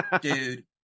dude